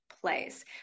place